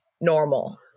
normal